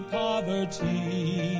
poverty